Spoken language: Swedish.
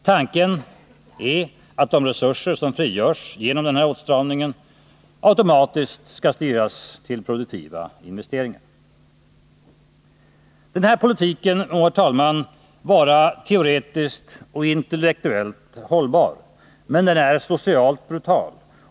Tanken är att de resurser som frigörs genom denna åtstramning automatiskt skall styras till produktiva investeringar. Den här politiken kan, herr talman, vara teoretiskt och intellektuellt hållbar, men den är socialt brutal.